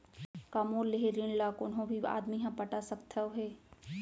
का मोर लेहे ऋण ला कोनो भी आदमी ह पटा सकथव हे?